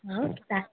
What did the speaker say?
हाँ साठ